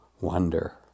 wonder